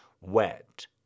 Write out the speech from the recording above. wet